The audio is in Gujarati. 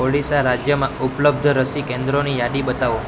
ઓડીશા રાજ્યમાં ઉપલબ્ધ રસી કેન્દ્રોની યાદી બતાવો